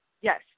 yes